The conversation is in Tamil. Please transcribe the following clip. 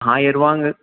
ஆயர்ரூவாங்கு